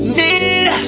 need